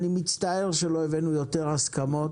אני מצטער שלא הבאנו יותר הסכמות.